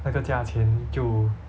那个价钱就